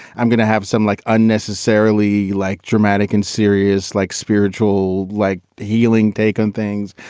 i'm gonna have some like unnecessarily like dramatic and serious, like spiritual, like healing take on things.